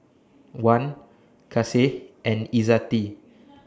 Wan Kasih and Izzati